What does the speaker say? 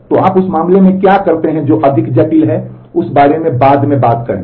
तो आप उस मामले में क्या करते हैं जो अधिक जटिल है उस बारे में बाद में बात करेंगे